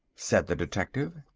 said the detective.